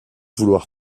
vouloir